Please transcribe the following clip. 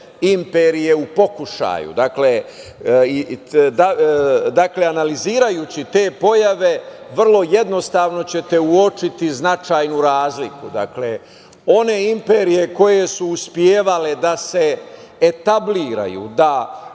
imperije u pokušaju. Dakle, analizirajući te pojave vrlo jednostavno ćete uočiti značajnu razliku. One imperije koje su uspevale da se etabliraju, da